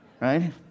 right